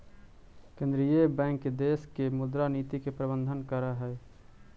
केंद्रीय बैंक देश के मुद्रा नीति के प्रबंधन करऽ हइ